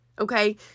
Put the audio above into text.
Okay